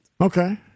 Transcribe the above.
Okay